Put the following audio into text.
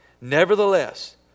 Nevertheless